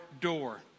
door